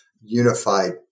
unified